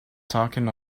talking